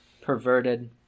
perverted